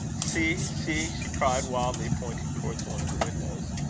see! see! she cried wildly, pointing towards one of the windows.